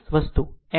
N S